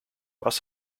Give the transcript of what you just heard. was